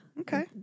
Okay